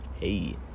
Hey